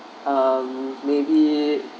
um maybe